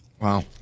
Wow